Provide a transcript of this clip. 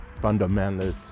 fundamentalists